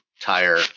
tire